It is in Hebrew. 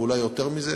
ואולי יותר מזה,